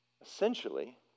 essentially